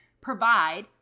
provide